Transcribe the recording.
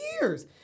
years